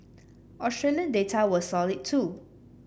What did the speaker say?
Australian data was solid too